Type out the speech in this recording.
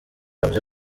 yavuze